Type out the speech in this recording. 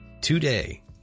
Today